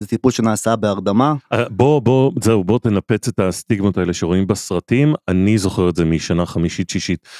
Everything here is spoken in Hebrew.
זה טיפול שנעשה בהרדמה. בוא, בוא, זהו, בוא תנפץ את הסטיגמות האלה שרואים בסרטים, אני זוכר את זה משנה חמישית-שישית.